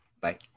Bye